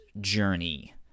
Journey